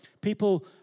People